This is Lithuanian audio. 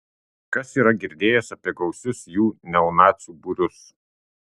kas yra girdėjęs apie gausius jų neonacių būrius